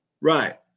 Right